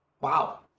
wow